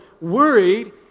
worried